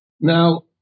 Now